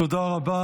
תודה רבה.